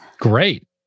Great